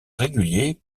réguliers